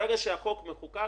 ברגע שהחוק מחוקק,